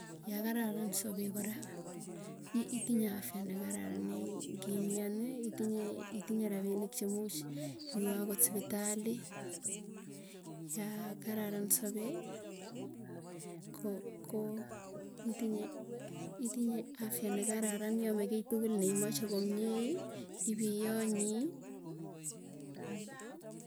Yakararan sapee kora itinye afya nekararan ne ngimiani itinye itinye itinye rapinik chemuch, iwee ako sipitali yakararan sapee ko ko, itinye afya nekararan iame kiiy tukul niimache komiei ipiyonyi.